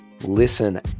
listen